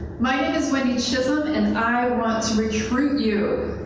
my name is wendy chisholm and and i want to recruit you.